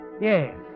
Yes